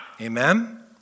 Amen